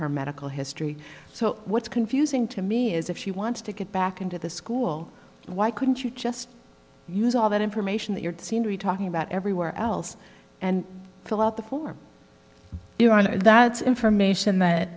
her medical history so what's confusing to me is if she wants to get back into the school why couldn't you just use all that information that you're talking about everywhere else and fill out the form there on that information that